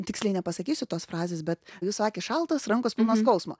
tiksliai nepasakysiu tos frazės bet jūsų akys šaltos rankos skausmo